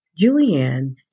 Julianne